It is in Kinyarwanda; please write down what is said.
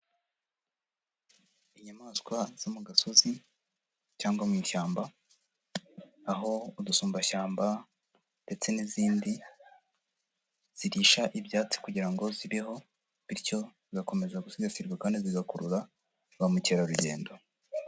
Inyamaswa zo mu gasozi, cyangwa mu ishyamba, aho udusumbashyamba ndetse n'izindi zirisha ibyatsi, kugira ngo zibeho. Bityo zigakomeza gusigasirwa, kandi zigakurura ba mukerarugendo.